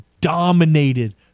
dominated